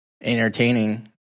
entertaining